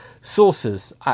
sources